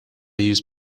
use